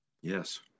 Yes